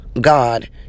God